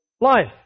life